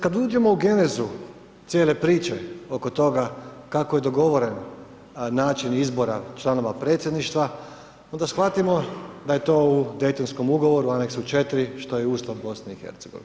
Kada uđemo u genezu cijele priče oko toga, kako je dogovoren način izbora članova predsjedništva, onda shvatimo da je to u Dejtonskom ugovoru, aneksu 4 što je Ustav BIH.